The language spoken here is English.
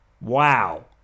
Wow